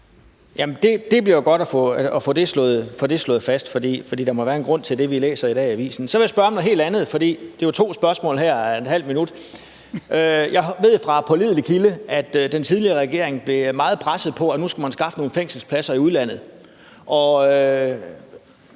det er godt at få det slået fast, for der må jo være en grund til, at der står det, vi læser i avisen i dag. Så vil jeg spørge om noget helt andet, for der er jo to spørgsmål her a ½ minut. Jeg ved fra pålidelig kilde, at den tidligere regering blev meget presset på, at nu skulle man skaffe nogle fængselspladser i udlandet.